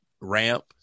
ramp –